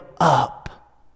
up